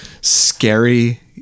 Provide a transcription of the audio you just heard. scary